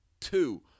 two